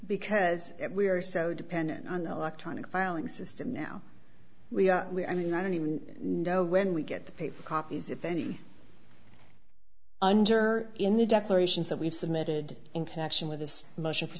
because we are so dependent on the electronic filing system now we are we i mean i don't even know when we get the paper copies if any under in the declarations that we've submitted in connection with this motion for